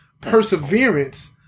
perseverance